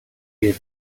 you